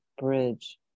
bridge